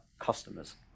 customers